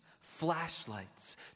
flashlights